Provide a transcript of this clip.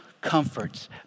comforts